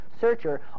searcher